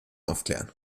aufklären